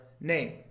name